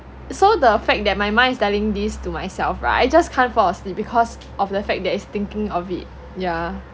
so the fact that my mind is telling these to myself [right] I just can't fall asleep because of the fact that it's thinking of it yeah